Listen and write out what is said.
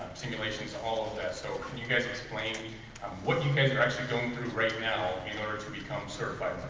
simulations, all of that so can you guys explain what you guys are actually going through right now in order to become certified.